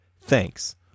Thanks